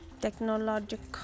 Technological